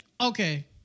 Okay